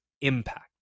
impact